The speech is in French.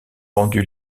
rendu